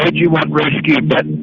and you want rescue, but